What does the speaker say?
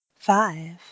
Five